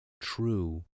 true